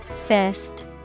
Fist